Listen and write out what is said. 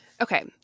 Okay